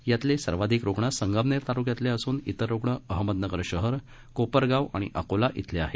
यातले सर्वाधिक रुग्ण संगमनेर ताल्क्यातले असून इतर रुग्ण अहमदनगर शहर कोपरगाव अकोले इथले आहेत